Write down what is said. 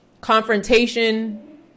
Confrontation